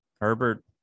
Herbert